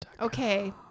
Okay